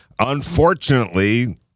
unfortunately